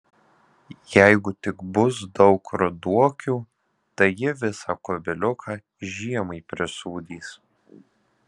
jeigu tik bus daug ruduokių tai ji visą kubiliuką žiemai prisūdys